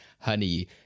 honey